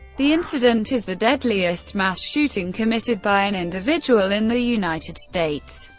the incident is the deadliest mass shooting committed by an individual in the united states,